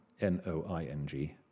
N-O-I-N-G